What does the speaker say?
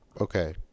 Okay